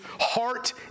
heart